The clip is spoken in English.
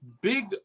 big